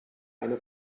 eine